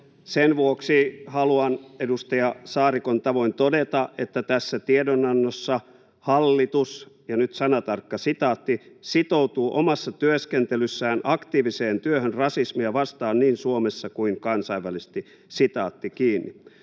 Sen vuoksi haluan edustaja Saarikon tavoin todeta, että tässä tiedonannossa hallitus — ja nyt sanatarkka sitaatti — ”sitoutuu omassa työskentelyssään aktiiviseen työhön rasismia vastaan niin Suomessa kuin kansainvälisesti”. Mielestäni